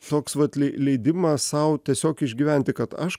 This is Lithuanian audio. toks vat leidimą sau tiesiog išgyventi kad aš